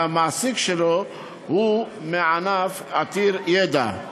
והמעסיק שלו הוא מענף עתיר ידע.